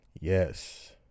yes